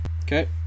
Okay